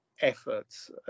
efforts